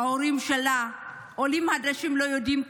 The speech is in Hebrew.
ההורים שלה הם עולים חדשים, הם לא יודעים כלום,